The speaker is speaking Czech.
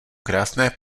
krásné